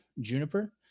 juniper